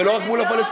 ולא רק מול הפלסטינים.